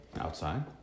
Outside